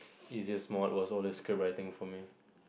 is just mode was also describing for me